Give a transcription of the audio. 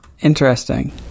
Interesting